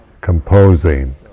composing